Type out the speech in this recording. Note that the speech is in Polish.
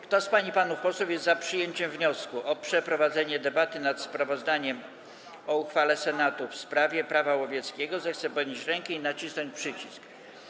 Kto z pań i panów posłów jest za przyjęciem wniosku o przeprowadzenie debaty nad sprawozdaniem o uchwale Senatu w sprawie Prawa łowieckiego, zechce podnieść rękę i nacisnąć przycisk.